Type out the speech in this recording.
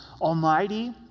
almighty